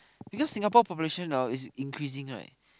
because Singapore population orh is increasing right